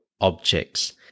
objects